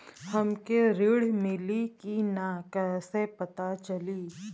हमके ऋण मिली कि ना कैसे पता चली?